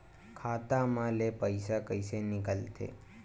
खाता मा ले पईसा कइसे निकल थे?